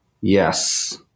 Yes